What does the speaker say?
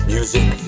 Music